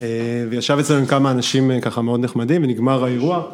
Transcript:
וישב אצלנו עם כמה אנשים ככה מאוד נחמדים ונגמר האירוע.